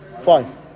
Fine